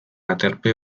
aterpe